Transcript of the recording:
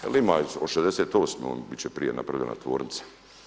Jer ima od 68. bit će prije napravljena tvornica.